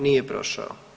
Nije prošao.